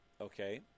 okay